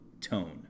tone